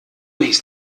hieß